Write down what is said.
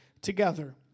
together